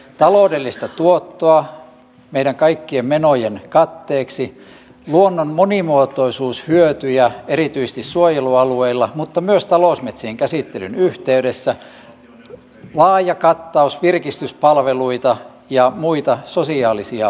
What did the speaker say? taloudellista tuottoa meidän kaikkien menojemme katteeksi luonnon monimuotoisuushyötyjä erityisesti suojelualueilla mutta myös talousmetsien käsittelyn yhteydessä laajaa kattausta virkistyspalveluita ja muita sosiaalisia hyötyjä